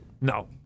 No